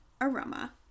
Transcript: aroma